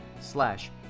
slash